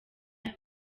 aya